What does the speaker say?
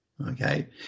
Okay